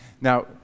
Now